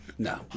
No